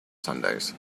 sundays